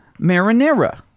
marinara